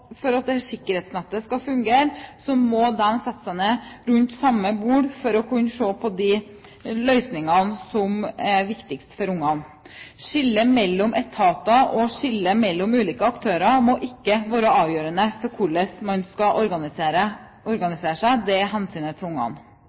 For at dette sikkerhetsnettet skal fungere, må de sette seg ned rundt samme bord for å se på de løsningene som er viktigst for ungene. Skillet mellom etater og skillet mellom ulike aktører må ikke være avgjørende for hvordan man skal organisere seg. Det er hensynet til ungene. Et spørsmål mange stiller seg, er